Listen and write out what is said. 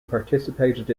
participated